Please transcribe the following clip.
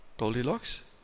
Goldilocks